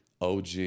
OG